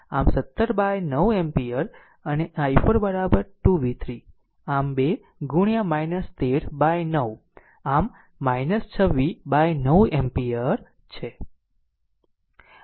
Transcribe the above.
આમ 17 by 9 ampere અને i4 2 v3 આમ 2 into 13 by 9 આમ 26 બાય 9 એમ્પીયર છે